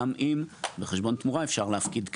גם אם בחשבון תמורה אפשר להפקיד כסף,